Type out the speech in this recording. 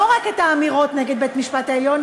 לא רק את האמירות נגד בית-המשפט העליון,